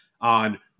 on